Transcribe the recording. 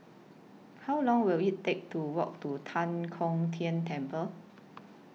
How Long Will IT Take to Walk to Tan Kong Tian Temple